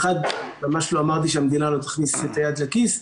אחד, ממש לא אמרתי שהמדינה לא תכניס את היד לכיס.